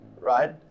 right